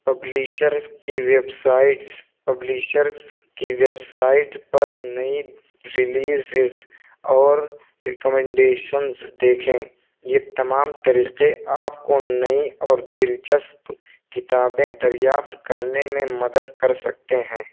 publishers کی websites publishers کی website پر نئی ریلیزز اور ریکمنڈیشنز دیکھیں یہ تمام طریقے آپ کو نئی اور دلچسپ کتابیں دریافت کرنے میں مدد کر سکتے ہیں